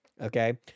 Okay